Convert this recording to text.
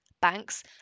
Banks